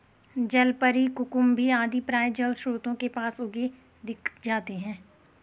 जलपरी, कुकुम्भी आदि प्रायः जलस्रोतों के पास उगे दिख जाते हैं